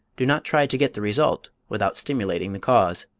do not try to get the result without stimulating the cause.